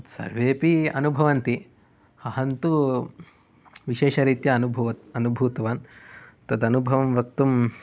तत् सर्वेपि अनुभवन्ति अहं तु विशेषरीत्या अनुभूवत् अनुभूतवान् तदनुभवं वक्तुं